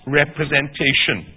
representation